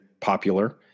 popular